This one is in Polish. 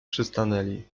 przystanęli